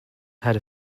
had